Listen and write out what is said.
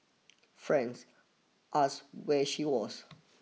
friends asked where she was